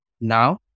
Now